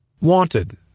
Wanted